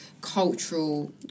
cultural